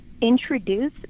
introduce